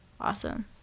awesome